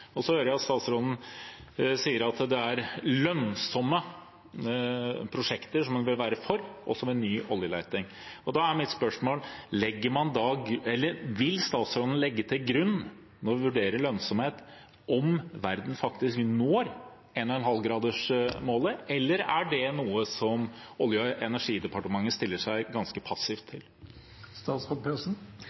Så hører jeg statsråden si at det er lønnsomme prosjekter som man bør være for, også med ny oljeleting. Da er mitt spørsmål: Vil statsråden legge til grunn, når lønnsomheten vurderes, om verden faktisk når 1,5-gradersmålet, eller er det noe Olje- og energidepartementet stiller seg ganske passivt